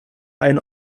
eine